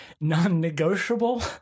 non-negotiable